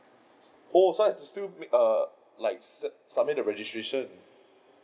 oh I still have to still make err like sub~ submit the registration